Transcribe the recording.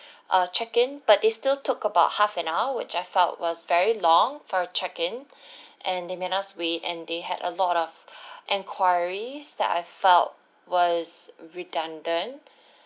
uh check-in but they still took about half an hour which I felt was very long for check-in and they made us wait and they had a lot of enquiries that I felt was redundant